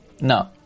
No